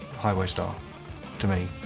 highway star to me.